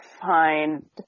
find